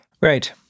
Right